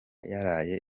yaraye